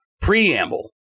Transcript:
preamble